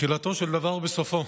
תחילתו של דבר בסופו: